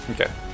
Okay